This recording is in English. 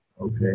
Okay